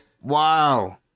Wow